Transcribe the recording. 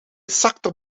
zakte